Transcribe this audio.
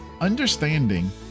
understanding